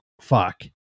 fuck